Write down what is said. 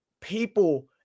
people